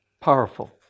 Powerful